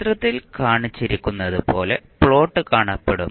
ചിത്രത്തിൽ കാണിച്ചിരിക്കുന്നതുപോലെ പ്ലോട്ട് കാണപ്പെടും